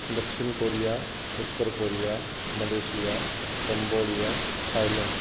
दक्षिण कोरिया उत्तर Korea Malaysia Cambodia Thailand